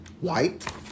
White